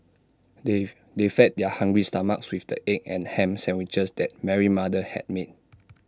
they they fed their hungry stomachs with the egg and Ham Sandwiches that Mary mother had made